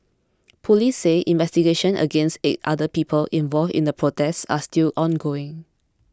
police say investigations against eight other people involved in the protest are still ongoing